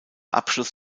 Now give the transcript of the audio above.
abschluss